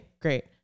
great